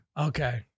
Okay